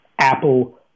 Apple